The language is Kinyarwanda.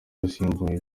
yasimbuwe